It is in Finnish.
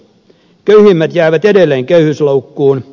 köyhimmät jäävät edelleen köyhyysloukkuun